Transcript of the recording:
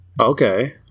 Okay